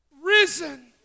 risen